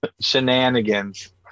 shenanigans